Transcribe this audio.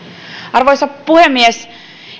arvoisa puhemies